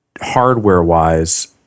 hardware-wise